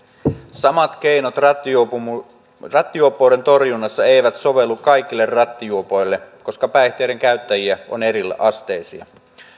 samat keinot rattijuoppouden torjunnassa eivät sovellu kaikille rattijuopoille koska päihteiden käyttäjiä on eriasteisia